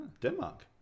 denmark